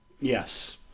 yes